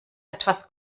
etwas